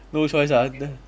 no choice ah